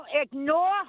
ignore